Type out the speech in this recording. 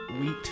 wheat